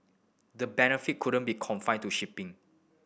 the benefit wouldn't be confined to shipping